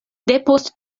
depost